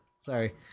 Sorry